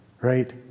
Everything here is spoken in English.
right